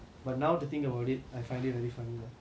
but now to think about it I find it very funny lah